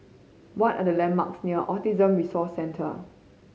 what are the landmarks near Autism Resource Centre